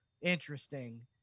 interesting